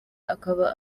akaba